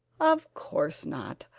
of course not.